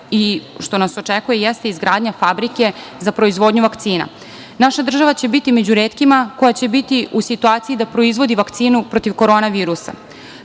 i što nas očekuje jeste izgradnja fabrike za proizvodnju vakcina. Naša država će biti među retkima koja će biti u situaciji da proizvodi vakcinu protiv korona virusa.